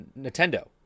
Nintendo